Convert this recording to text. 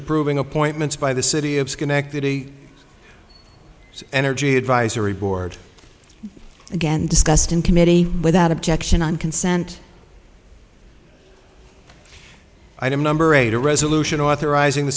approving appointments by the city of schenectady energy advisory board again discussed in committee without objection on consent item number eight a resolution authorizing the